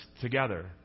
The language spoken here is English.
together